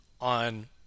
on